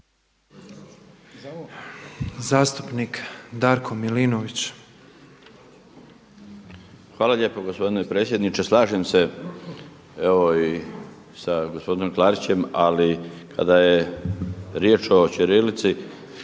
**Milinović, Darko (HDZ)** Hvala lijepo gospodine predsjedniče. Slažem se evo i sa gospodinom Klarićem ali kada je riječ o ćirilici